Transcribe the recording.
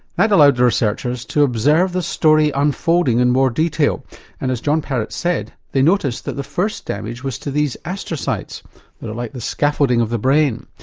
that allowed the researchers to observe the story unfolding in more detail and as john parratt said they noticed that the first damage was to these astrocytes that are like the scaffolding of the brain.